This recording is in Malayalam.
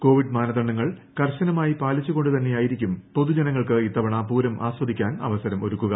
കോവിഡ് മാനദണ്ഡങ്ങൾ കർശനമായി പാലിച്ചുകൊണ്ട് തന്നെയായിരിക്കും പൊതുജനങ്ങൾക്ക് ഇത്തവണ പൂരം ആസ്വദിക്കാൻ അവസരം ഒരുക്കുക